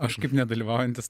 aš kaip nedalyvaujantis